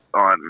on